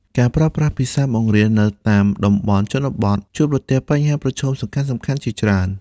ការប្រើប្រាស់ភាសាបង្រៀននៅតាមតំបន់ជនបទជួបប្រទះបញ្ហាប្រឈមសំខាន់ៗជាច្រើន។